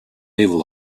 naval